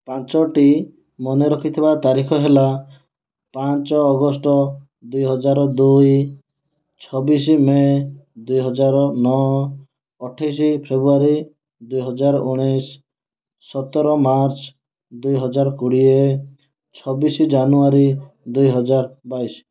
ପାଞ୍ଚୋଟି ମନେ ରଖିଥିବା ତାରିଖ ହେଲା ପାଞ୍ଚ ଅଗଷ୍ଟ ଦୁଇହଜାର ଦୁଇ ଛବିଶ ମେ ଦୁଇହଜାର ନଅ ଅଠେଇଶ ଫେବୃଆରୀ ଦୁଇହଜାର ଉଣେଇଶ ସତର ମାର୍ଚ୍ଚ ଦୁଇହଜାର କୋଡ଼ିଏ ଛବିଶ ଜାନୁଆରୀ ଦୁଇହଜାର ବାଇଶ